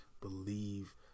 believe